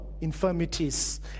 infirmities